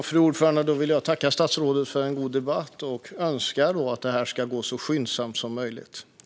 Fru talman! Då vill jag tacka statsrådet för en god debatt och önska att detta sker så skyndsamt som möjligt.